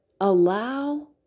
allow